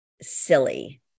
silly